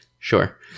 Sure